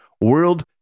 World